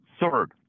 Third